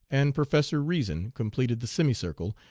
and professor reason completed the semicircle,